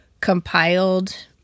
compiled